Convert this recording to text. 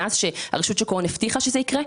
מאז רשות שוק ההון הבטיחה שזה יקרה,